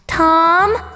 Tom